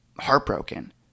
heartbroken